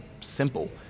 simple